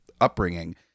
upbringing